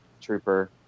trooper